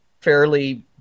fairly